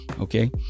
okay